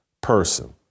person